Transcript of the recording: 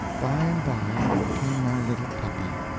by and by came my little puppy,